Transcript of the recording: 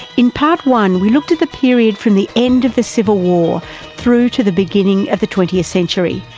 in part one we looked at the period from the end of the civil war through to the beginning of the twentieth century.